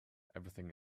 everything